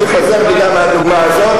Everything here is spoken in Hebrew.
אני חוזר בי גם מהדוגמה הזאת.